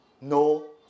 no